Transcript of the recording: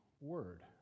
word